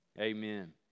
Amen